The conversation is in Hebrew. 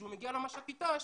כשהוא מגיע למש"קית ת"ש,